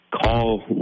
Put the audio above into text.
Call